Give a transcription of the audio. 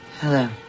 Hello